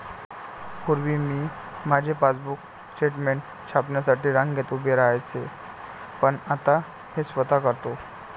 पूर्वी मी माझे पासबुक स्टेटमेंट छापण्यासाठी रांगेत उभे राहायचो पण आता ते स्वतः करतो